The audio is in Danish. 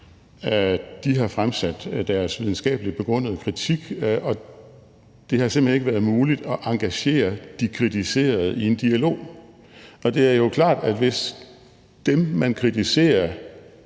de har fremsat deres videnskabeligt begrundede kritik, og at det simpelt hen ikke har været muligt at engagere de kritiserede i en dialog. Det er jo klart, at hvis dem, man kritiserer,